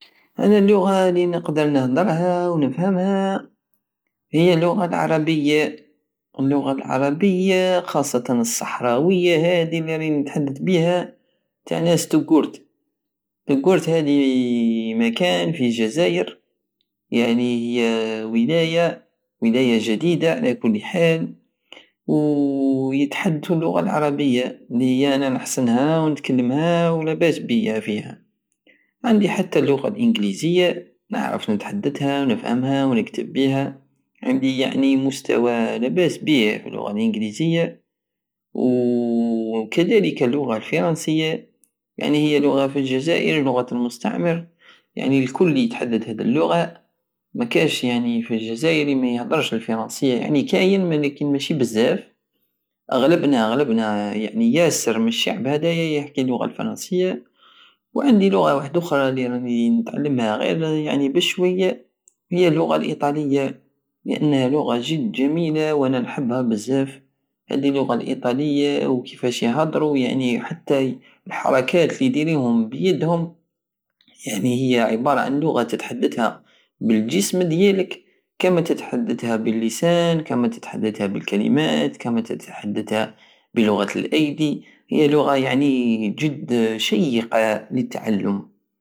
انا للغة الي نقدر نهدرها ونفهمهى هي هي الغة العربية اللغة العربية خاصتا الصحراوية هادي الراني نتحدث بيها تع ناس توقورت توقرت هادي مكان في الجزائر يعني هي ولاية ولاية جديدة على كل حال ويدحدتو اللغة العربية الي هي انا نحسنها ونتكلمها ولاباس بيا فيها عندي حتى اللغة الانجليزية نعرف نتحدتها ونفهمها ونكتب بيها عندي يعني مستوى لاباس بيه في اللغة الانجليزية و كدلك اللغة الفرنسية يعني هي لغة في الجزائر لغة المستعمر يعني الكل يتحدث هاد اللغة مكاش يعني في الجزائر الي ميهدرش الفرنسية يعني كاين ولكن ماشي بزاف اغلبنا اغلبنا يعني ياسر من الشعب هدا يحكي اللغة الفرنسية وعندي لغة وحدوخرى راني نتعلمها غير بشوية هي الايطالية لانها لغة جد جميلة وانا نحبها بزاف عندي اللغة الايطالية وكيفاش يهدرو يعني حتى- حتى حركات الس يديروهم بيدهم يعني هي عبارة عن لغة تتحدتها بالجسم ديالك كما تتحدتها باللسان كما تتحدتها بالكلمات كما تتحدتها بلغة الايدي هي لغة يعني جد شيقة لتعلم